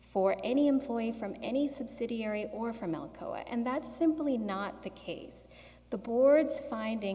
for any employee from any subsidiary or from alcoa and that's simply not the case the board's finding